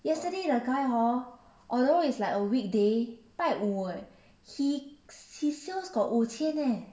yesterday the guy hor although is like a weekday 拜五 eh he his sales got 五千 eh